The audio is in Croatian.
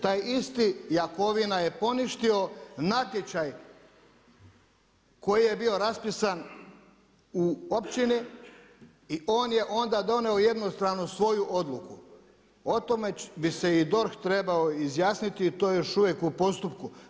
Taj isti Jakovina je poništio natječaj koji je bio raspisan u općini i on je onda donio jednostranu odluku, o tome bi se i DORH trebao izjasniti, to je još uvijek u postupku.